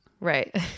Right